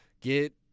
get